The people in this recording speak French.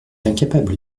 incapable